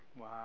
Wow